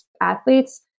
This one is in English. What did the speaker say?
athletes